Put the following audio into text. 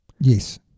Yes